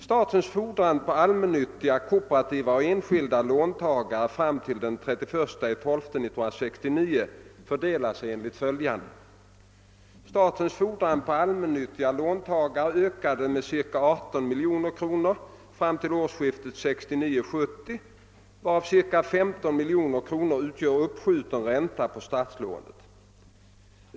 Statens fordran på allmännyttiga, kooperativa och enskilda låntagare fram till den 31 december 1969 fördelar sig enligt följande. Statens fordran på allmännyttiga låntagare ökade med ca 18 miljoner kronor fram till årsskiftet 1969—1970, varav ca 15 miljoner kronor utgör uppskjuten ränta på statslånet.